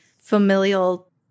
familial